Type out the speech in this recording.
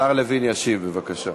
השר לוין ישיב, בבקשה.